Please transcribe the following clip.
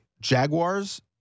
Jaguars